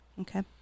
Okay